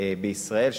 בישראל,